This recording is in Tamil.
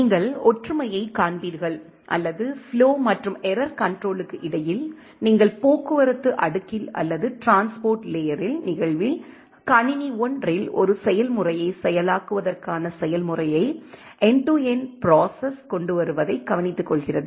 நீங்கள் ஒற்றுமையைக் காண்பீர்கள் அல்லது ஃப்ளோ மற்றும் எரர் கண்ட்ரோலுக்கு இடையில் நீங்கள் போக்குவரத்து அடுக்கில் அல்லது டிரான்ஸ்போர்ட் லேயரில் நிகழ்வில் கணினி 1 இல் ஒரு செயல்முறையைச் செயலாக்குவதற்கான செயல்முறையை எண்டு டு எண்டு ப்ராசஸ் கொண்டுவருவதை கவனித்துக்கொள்கிறது